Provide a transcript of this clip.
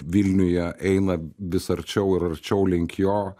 vilniuje eina vis arčiau ir arčiau link jo